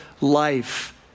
life